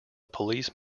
police